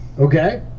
Okay